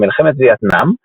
ומלחמת וייטנאם,